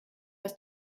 dass